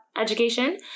education